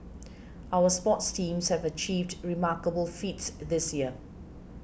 our sports teams have achieved remarkable feats this year